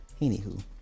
Anywho